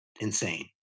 insane